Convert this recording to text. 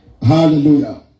Hallelujah